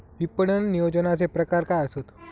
विपणन नियोजनाचे प्रकार काय आसत?